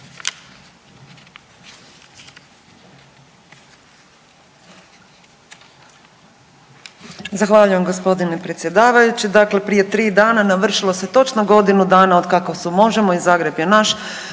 Zahvaljujem gospodine predsjedavajući. Dakle, prije 3 dana navršilo se točno godinu dana od kako su Možemo i Zagreb je naš